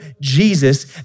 Jesus